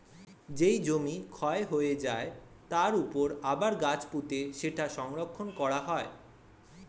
যেই জমি ক্ষয় হয়ে যায়, তার উপর আবার গাছ পুঁতে সেটা সংরক্ষণ করা হয়